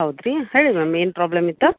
ಹೌದು ರೀ ಹೇಳಿ ಮ್ಯಾಮ್ ಏನು ಪ್ರಾಬ್ಲಮ್ ಇತ್ತು